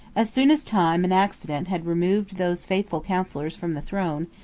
as soon as time and accident had removed those faithful counsellors from the throne,